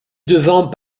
devant